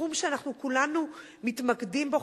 כתחום שאנחנו כולנו מתמקדים בו,